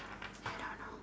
I don't know